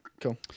Cool